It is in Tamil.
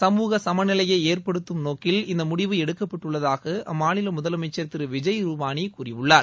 சமூக சமநிலையை ஏற்படுத்தும் நோக்கில் இந்த முடிவு எடுக்கப்பட்டுள்ளதாக அம்மாநில முதலமைச்சர் திரு விஜய் ரூபானி கூறியுள்ளளார்